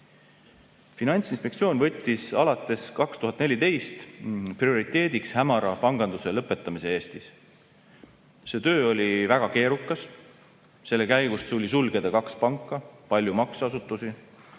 Finantsinspektsioon võttis alates 2014. aastast prioriteediks hämara panganduse lõpetamise Eestis. See töö oli väga keerukas. Selle käigus tuli sulgeda kaks panka, palju makseasutusi,